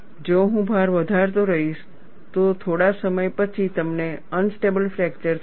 જો હું ભાર વધારતો રહીશ તો થોડા સમય પછી તમને અનસ્ટેબલ ફ્રેકચર થશે